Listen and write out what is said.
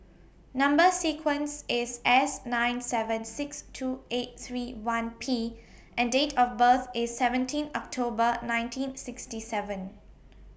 Number sequence IS S nine seven six two eight three one P and Date of birth IS seventeen October nineteen sixty seven